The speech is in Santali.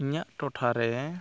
ᱤᱧᱟᱹᱜ ᱴᱚᱴᱷᱟᱨᱮ